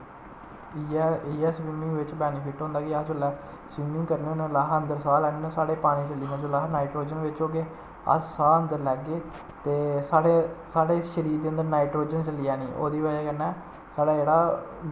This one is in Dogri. इ'यै इ'यै स्विमिंग बिच्च बैनिफिट होंदा कि अस जेल्लै स्विमिंग करने होन्ने ओल्लै अस अन्दर साह् लैन्ने होन्ने साढ़े पानी च जेल्लै अस नाइट्रोजन बिच्च होगे अस साह् अन्दर लैगे ते साढ़े साढ़े शरीर दे अन्दर नाइट्रोजन चली जानी ओह्दी बजह् कन्नै साढ़ा जेह्ड़ा